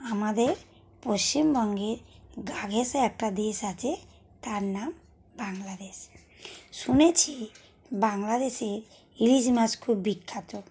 আমাদের পশ্চিমবঙ্গে গা ঘেঁসে একটা দেশ আছে তার নাম বাংলাদেশ শুনেছি বাংলাদেশে ইলিশ মাছ খুব বিখ্যাত